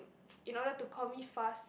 in order to call me fast